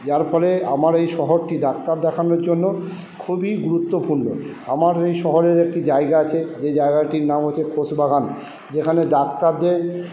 যার ফলে আমার এই শহরটি ডাক্তার দেখানোর জন্য খুবই গুরুত্বপূর্ণ আমার এই শহরের একটি জায়গা আছে যে জায়গাটির নাম হচ্ছে খোস বাগান যেখানে ডাক্তারদের